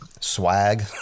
swag